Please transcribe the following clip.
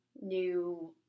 new